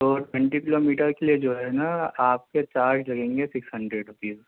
تو twenty kilometre کے لیے جو ہے نا آپ کے چارج لگیں گے سکس ہنڈریڈ روپیز